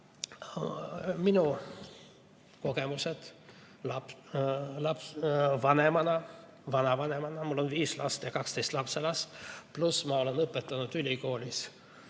on kogemused vanemana, vanavanemana – mul on viis last ja 12 lapselast –, pluss ma olen õpetanud ülikoolis